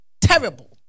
terrible